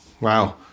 Wow